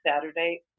Saturday